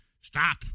stop